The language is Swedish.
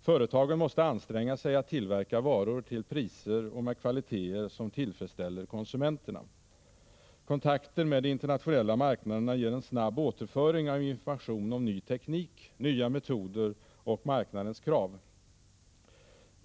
Företagen måste anstränga sig att tillverka varor till priser och med kvaliteter som tillfredsställer konsumenterna. Kontakter med de internationella marknaderna ger en snabb återföring av information om ny teknik, nya metoder och marknadens krav.